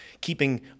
Keeping